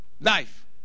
life